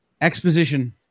Exposition